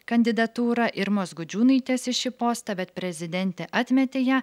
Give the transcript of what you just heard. kandidatūrą irmos gudžiūnaitės į šį postą bet prezidentė atmetė ją